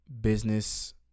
business